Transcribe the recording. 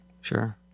Sure